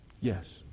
Yes